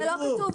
זה לא כתוב.